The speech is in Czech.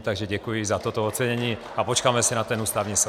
Takže děkuji za toto ocenění a počkáme si na ten Ústavní soud.